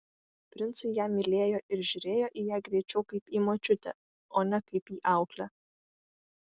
princai ją mylėjo ir žiūrėjo į ją greičiau kaip į močiutę o ne kaip į auklę